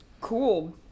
cool